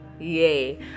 yay